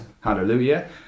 Hallelujah